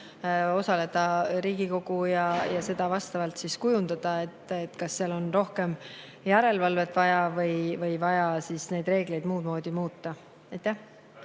osaleda Riigikogu ja seda vastavalt kujundada, kas seal on rohkem järelevalvet vaja või on vaja neid reegleid muud moodi muuta.